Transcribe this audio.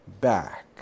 back